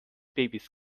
babys